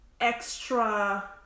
extra